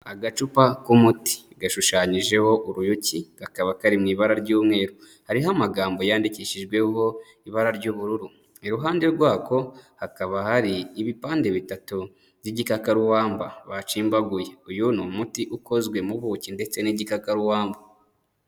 Agacupa k'umuti gashushanyijeho uruyuki, kakaba kari mu ibara ry'umweru, hari amagambo yandikishijweho ibara ry'ubururu, iruhande rwako hakaba hari ibipande bitatu by'igitakarubamba bacimbaguye, uyu ni umuti ukozwe mu buki ndetse n'igitakakararuwamba.